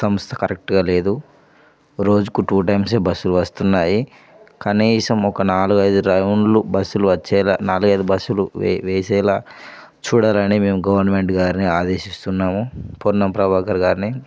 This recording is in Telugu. సంస్థ కరెక్ట్గా లేదు రోజుకు టూ టైమ్సే బస్సులు వస్తున్నాయి కనీసం ఒక నాలుగైదు రౌండ్లు బస్సులు వచ్చేలా నాలుగు ఐదు బస్సులు వే వేసేలా చూడాలని మేము గవర్నమెంట్ గారిని ఆదేశిస్తున్నాము పొన్నం ప్రభాకర్ గారిని